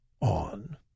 on